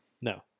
No